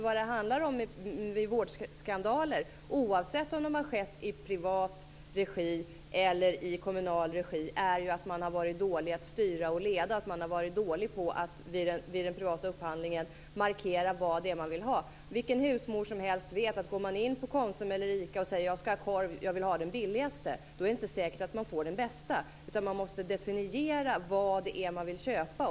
Vad det handlar om vid vårdskandaler - oavsett om de har skett i privat regi eller i kommunal regi - är att man har varit dålig att styra och leda. Man har vid den privata upphandlingen varit dålig på att markera vad det är man vill ha. Vilken husmor som helst vet, att går man in på Konsum eller ICA och säger: Jag skall ha korv, och jag vill ha den billigaste, är det inte säkert att man får den bästa. Man måste definiera vad det är man vill köpa.